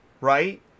right